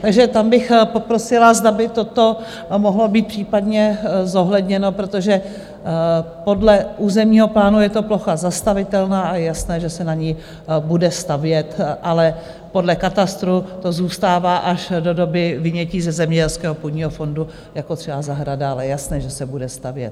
Takže tam bych poprosila, zda by toto mohlo být případně zohledněno, protože podle územního plánu je to plocha zastavitelná a je jasné, že se na ní bude stavět, ale podle katastru to zůstává až do doby vynětí ze zemědělského půdního fondu jako třeba zahrada, ale jasné, že se bude stavět.